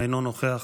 אינו נוכח,